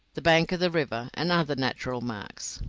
the bank of the river, and other natural marks.